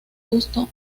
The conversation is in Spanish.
gusto